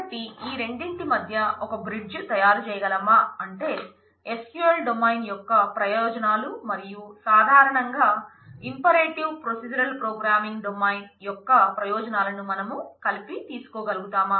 కాబట్టి ఈ రెండింటి మధ్య ఒక బ్రిడ్జి యొక్క ప్రయోజనాలను మనం కలపి తీసుకోగలుగుతామా